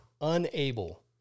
unable